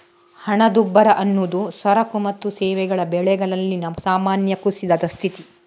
ಹಣದುಬ್ಬರ ಅನ್ನುದು ಸರಕು ಮತ್ತು ಸೇವೆಗಳ ಬೆಲೆಗಳಲ್ಲಿನ ಸಾಮಾನ್ಯ ಕುಸಿತದ ಸ್ಥಿತಿ